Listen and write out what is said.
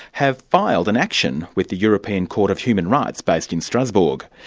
have filed an action with the european court of human rights based in strasbourg.